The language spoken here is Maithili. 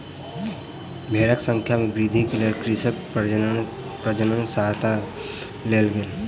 भेड़क संख्या में वृद्धि के लेल कृत्रिम प्रजननक सहयता लेल गेल